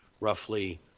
roughly